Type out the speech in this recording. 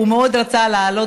הוא מאוד רצה לעלות